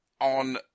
on